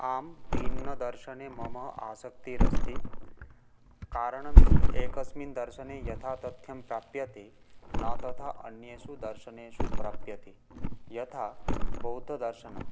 आं भिन्नदर्शने मम आसक्तिरस्ति कारणं हि एकस्मिन् दर्शने यथा तथ्यं प्राप्यते न तथा अन्येषु दर्शनेषु प्राप्यते यथा बौद्धदर्शनम्